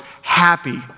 happy